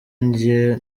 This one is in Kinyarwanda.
njye